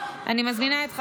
אני מזמינה את,